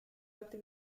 alte